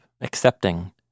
accepting